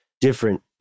different